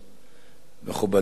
מכובדי השר,